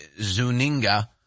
Zuninga